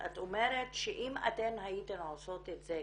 את אומרת שאם הייתן עושות את זה,